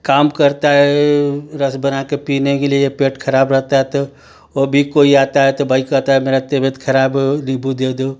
काम करता है रस बना कर पीने के लिए पेट खराब रहता है तो ओ भी कोई आता है तो भाई कहता है मेरा तबीयत खराब हूँ नीम्बू दे दो